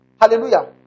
Hallelujah